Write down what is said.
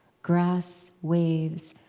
grass waves.